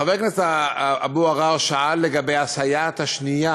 חבר הכנסת אבו עראר שאל לגבי הסייעת השנייה.